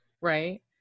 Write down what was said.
right